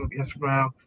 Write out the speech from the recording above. Instagram